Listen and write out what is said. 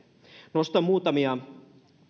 nostan muutamia